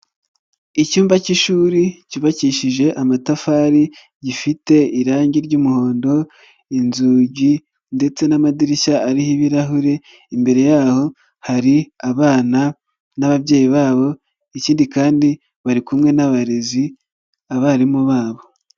Icyumba cy'ishuri cyubakishije amatafari gifite irangi ry'umuhondo, inzugi ndetse n'amadirishya ariho ibirahure, imbere yaho hari abana n'ababyeyi babo ikindi kandi bari kumwe n'abarezi abarimu babo.